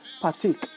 partake